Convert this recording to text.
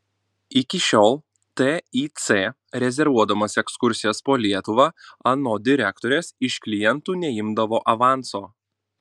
iki šiol tic rezervuodamas ekskursijas po lietuvą anot direktorės iš klientų neimdavo avanso